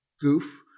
goof